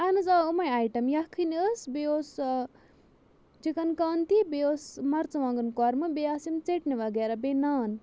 اَہَن حظ آ یِمے آیٹم یَکھٕنۍ ٲس بیٚیہِ اوس چِکَن کانتی بیٚیہِ اوس مَرژٕوانٛگَن کۄٚرمہٕ بیٚیہِ آسہٕ یِم ژیٚٹنہِ وغیرہ بیٚیہِ نان